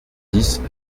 dix